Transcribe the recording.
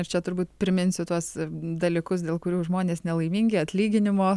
ir čia turbūt priminsiu tuos dalykus dėl kurių žmonės nelaimingi atlyginimo